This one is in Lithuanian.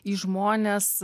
į žmones